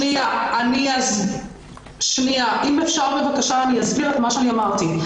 אני אסביר את מה שאני אמרתי.